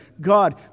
God